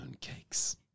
cakes